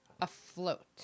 afloat